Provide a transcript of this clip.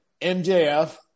MJF